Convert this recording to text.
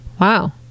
Wow